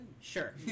Sure